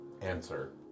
Answer